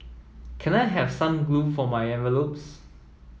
can I have some glue for my envelopes